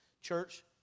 Church